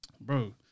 Bro